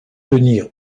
tenir